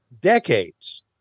Decades